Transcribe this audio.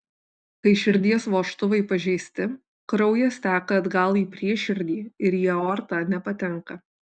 kai širdies vožtuvai pažeisti kraujas teka atgal į prieširdį ir į aortą nepatenka